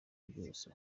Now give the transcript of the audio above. byose